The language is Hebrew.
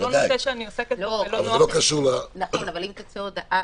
זה לא קשור --- נכון, אבל אם תצא הודעה,